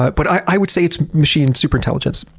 but but i would say it's machine superintelligence.